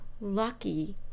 lucky